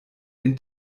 den